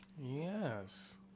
Yes